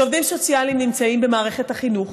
שעובדים סוציאליים נמצאים במערכת החינוך,